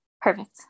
perfect